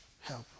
help